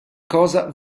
cosa